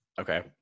okay